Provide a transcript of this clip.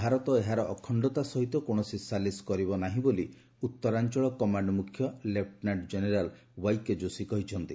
ଭାରତ ଏହାର ଅଖଣ୍ଡତା ସହିତ କୌଣସି ସାଲିସ୍ କରିବ ନାହିଁ ବୋଲି ଉତ୍ତରାଞ୍ଚଳ କମାଣ୍ଡ ମ୍ରଖ୍ୟ ଲେଫ୍ଟନାଣ୍ଟ ଜେନେରାଲ୍ ୱାଇକେ ଯୋଶି କହିଛନ୍ତି